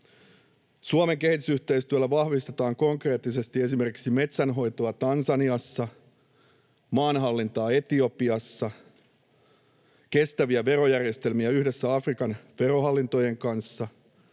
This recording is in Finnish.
Suomen kehitysyhteistyöllä vahvistetaan konkreettisesti esimerkiksi metsänhoitoa Tansaniassa, maanhallintaa Etiopiassa, kestäviä verojärjestelmiä yhdessä Afrikan verohallintojen kanssa,